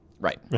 Right